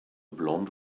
blond